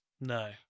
No